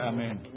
Amen